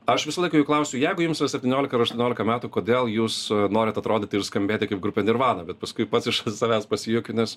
aš visą laiką jų klausiu jeigu jums yra septyniolika ir aštuoniolika metų kodėl jūs norit atrodyti ir skambėti kaip grupė nirvana bet paskui pats iš savęs pasijuokiu nes